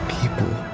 people